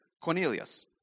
Cornelius